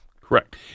Correct